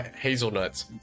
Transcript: Hazelnuts